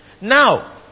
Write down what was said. Now